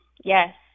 Yes